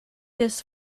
this